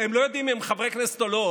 הם לא יודעים אם הם חברי כנסת או לא,